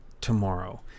tomorrow